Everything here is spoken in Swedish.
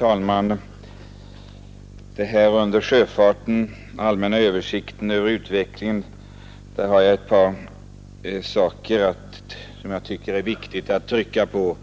Herr talman! Under punkten om allmän översikt över sjöfartens utveckling har jag ett par saker att anföra som jag tycker att det är viktigt att trycka på.